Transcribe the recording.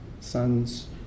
son's